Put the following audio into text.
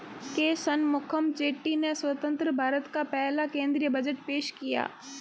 के शनमुखम चेट्टी ने स्वतंत्र भारत का पहला केंद्रीय बजट पेश किया